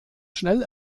schnell